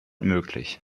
möglich